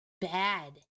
Bad